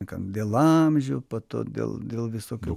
kam dėl amžių po to dėl dėl visokių